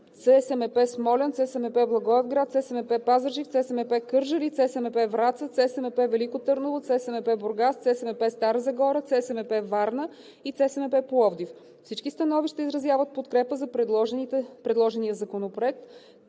ЦСМП – Смолян, ЦСМП – Благоевград, ЦСМП – Пазарджик, ЦСМП – Кърджали, ЦСМП – Враца, ЦСМП – Велико Търново, ЦСМП – Бургас, ЦСМП – Стара Загора, ЦСМП – Варна, и ЦСМП –Пловдив. Всички становища изразяват подкрепа за предложения законопроект,